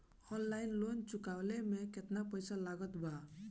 Online loan चुकवले मे केतना पईसा लागत बा?